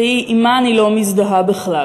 והיא עם מה אני לא מזדהה בכלל.